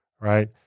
right